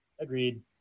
Agreed